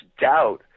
doubt